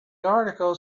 article